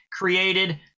created